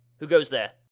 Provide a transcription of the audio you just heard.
who goes there?